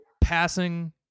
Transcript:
passing